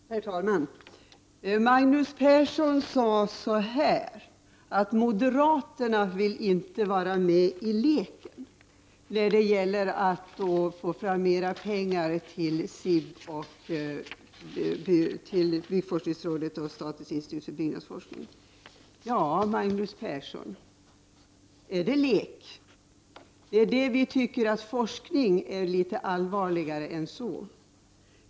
Herr talman! Magnus Persson sade att moderaterna inte vill vara med i leken när det gäller att få fram mera pengar till byggforskningsrådet och statens institut för byggnadsforskning. Ja, Magnus Persson, är det lek? Vi tycker att forskning är litet allvarligare än så.